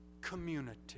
community